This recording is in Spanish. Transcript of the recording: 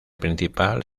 principal